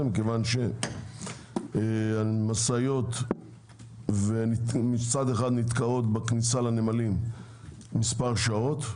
מכיוון שמשאיות מצד אחד נתקעות בכניסה לנמלים מספר שעות,